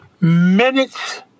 minutes